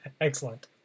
Excellent